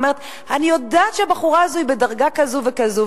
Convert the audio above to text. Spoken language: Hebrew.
והיא אומרת: אני יודעת שהבחורה הזאת היא בדרגה כזו וכזו,